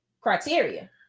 criteria